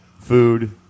food